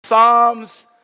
Psalms